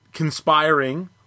Conspiring